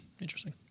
Interesting